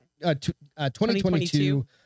2022